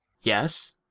Yes